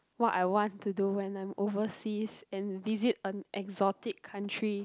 what I want to do when I'm overseas and visit an exotic country